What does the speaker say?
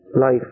life